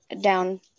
down